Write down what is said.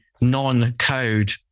non-code